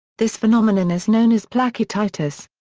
this phenomenon is known as placketitis.